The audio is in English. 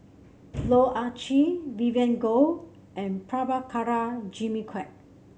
Loh Ah Chee Vivien Goh and Prabhakara Jimmy Quek